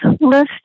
list